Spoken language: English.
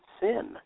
sin